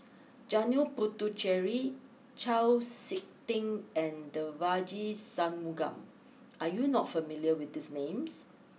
Janil Puthucheary Chau Sik Ting and Devagi Sanmugam are you not familiar with these names